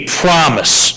promise